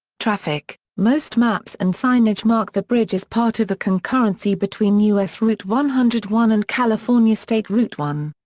traffic most maps and signage mark the bridge as part of the concurrency between u s. route one hundred and one and california state route one.